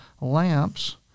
lamps